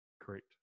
Correct